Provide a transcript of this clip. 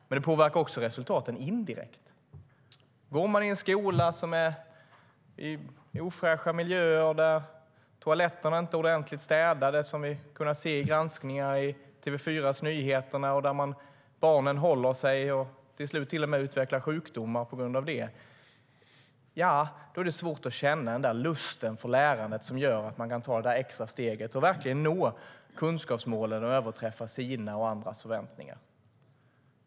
Det påverkar också resultaten indirekt: Går man i en skola med ofräscha miljöer där toaletterna inte är ordentligt städade, vilket vi har kunnat se i granskningar i TV4:s nyheter, där barnen håller sig och till slut till och med utvecklar sjukdomar på grund av det - ja, då är det svårt att känna den där lusten för lärandet som gör att man kan ta det extra steget, verkligen nå kunskapsmålen och överträffa sina och andras förväntningar.